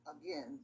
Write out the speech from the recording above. again